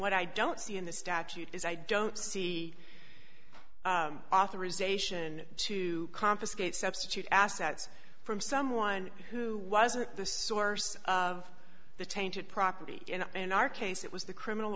what i don't see in the statute is i don't see authorization to confiscate substitute assets from someone who wasn't the source of the tainted property and in our case it was the criminal